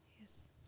Yes